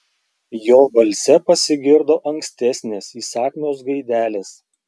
jo balse pasigirdo ankstesnės įsakmios gaidelės